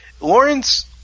Lawrence